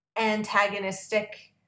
antagonistic